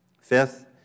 Fifth